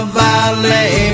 valley